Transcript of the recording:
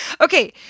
Okay